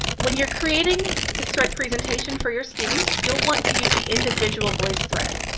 when you're creating a thread presentation for your students, you'll want to use the individual voicethread.